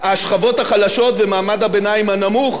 השכבות החלשות ומעמד הביניים הנמוך,